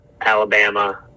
Alabama